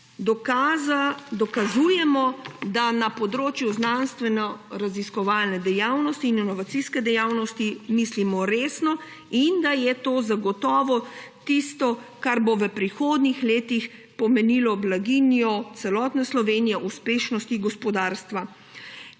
dokazujemo, da na področju znanstvenoraziskovalne dejavnosti in inovacijske dejavnosti mislimo resno in da je to zagotovo tisto, kar bo v prihodnjih letih pomenilo blaginjo celotne Slovenije, uspešnosti gospodarstva.